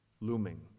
looming